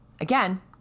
again